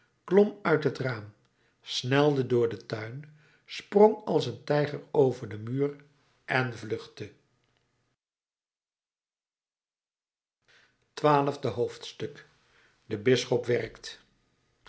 klom uit het raam snelde door den tuin sprong als een tijger over den muur en vluchtte twaalfde hoofdstuk de bisschop werkt